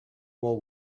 war